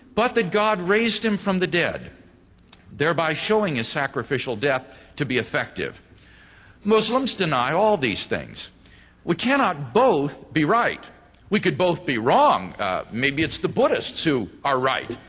but that god raised him from the dead thereby showing his sacrificial death to be effective muslims deny all these things we cannot both be right we could both be wrong maybe it's the buddhists. who are right,